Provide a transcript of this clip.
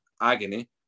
agony